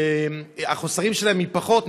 שהחוסר שלה פחות,